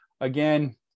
again